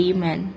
Amen